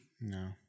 No